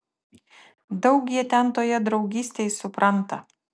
daug jie ten toje draugystėj supranta